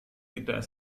tidak